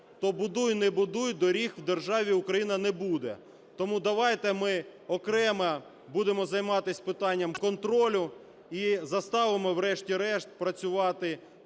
то, будуй не будуй, доріг в державі Україна не буде. Тому давайте ми окремо будемо займатись питаннями контролю і заставимо, врешті-решт, працювати